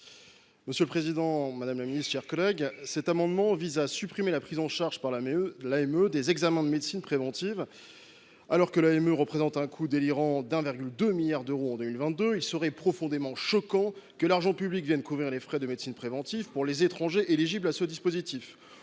ainsi libellé : La parole est à M. Aymeric Durox. Cet amendement vise à supprimer la prise en charge par l’AME des examens de médecine préventive. Alors que l’AME représente un coût délirant de 1,2 milliard d’euros en 2022, il serait profondément choquant que l’argent public vienne couvrir les frais de médecine préventive pour les étrangers éligibles à ce dispositif.